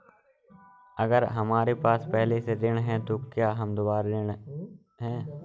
अगर हमारे पास पहले से ऋण है तो क्या हम दोबारा ऋण हैं?